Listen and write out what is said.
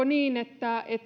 niin että